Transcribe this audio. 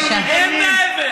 ועכשיו אין מגנומטרים ואין כלום.